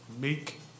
make